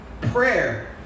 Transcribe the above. prayer